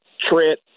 Trent